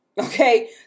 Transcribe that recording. Okay